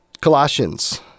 Colossians